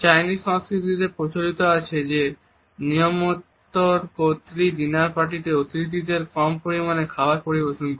Chinese সংস্কৃতিতে প্রচলিত আছে যে নিমন্ত্রণকর্ত্রী ডিনার পার্টিতে অতিথিদের কম পরিমাণে খাবার পরিবেশন করে